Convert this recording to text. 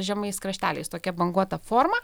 žemais krašteliais tokia banguota forma